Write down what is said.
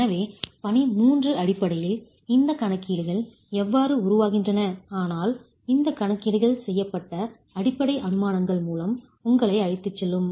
எனவே பணி 3 அடிப்படையில் இந்த கணக்கீடுகள் எவ்வாறு உருவாகின்றன ஆனால் இந்த கணக்கீடுகள் செய்யப்பட்ட அடிப்படை அனுமானங்கள் மூலம் உங்களை அழைத்துச் செல்லும்